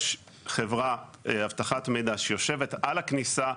יש חברת אבטחת מידע שיושבת על הכניסה.